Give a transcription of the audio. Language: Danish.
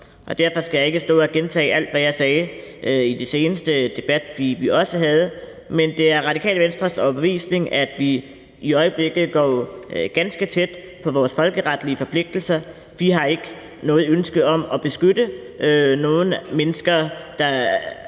derfor skal jeg ikke stå og gentage alt, hvad jeg sagde i den seneste debat, vi havde, men det er Radikale Venstres overbevisning, at vi i øjeblikket går ganske tæt på vores folkeretlige forpligtelser. Vi har ikke noget ønske om at beskytte nogen mennesker, der